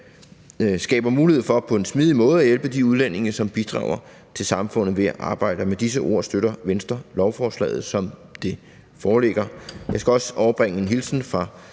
skaber mulighed for på en smidig måde at hjælpe de udlændinge, som bidrager til samfundet ved at arbejde. Med disse ord støtter Venstre lovforslaget, som det foreligger. Jeg skal også overbringe en hilsen fra